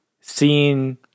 seeing